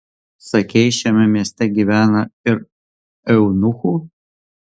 sakei šiame mieste gyvena ir eunuchų